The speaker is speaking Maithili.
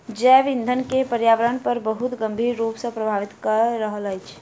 जैव ईंधन के पर्यावरण पर बहुत गंभीर रूप सॅ प्रभावित कय रहल अछि